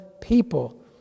people